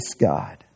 God